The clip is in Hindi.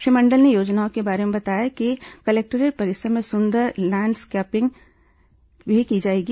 श्री मंडल ने योजना के बारे में बताया कि को बेहतर कलेक्टोरेट परिसर में सुंदर लैंड स्केपिंग की जाएगी